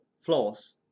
flaws